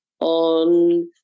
on